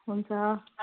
हुन्छ